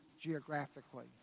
geographically